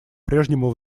прежнему